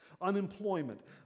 unemployment